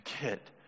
get